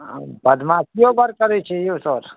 हँ बदमाशिओ बड़ करै छै यौ सर